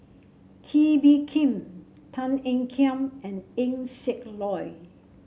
Kee Bee Khim Tan Ean Kiam and Eng Siak Loy